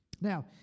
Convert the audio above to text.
Now